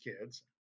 kids